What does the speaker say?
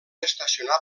estacionar